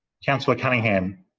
councillor cunningham,